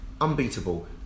unbeatable